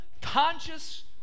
conscious